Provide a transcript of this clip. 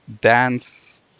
dance